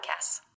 podcasts